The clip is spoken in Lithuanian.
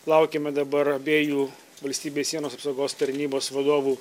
laukiame dabar abiejų valstybės sienos apsaugos tarnybos vadovų